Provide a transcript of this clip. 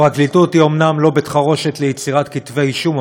הפרקליטות היא אומנם לא בית-חרושת ליצירת כתבי אישום,